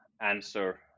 answer